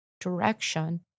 direction